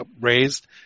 raised